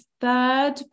third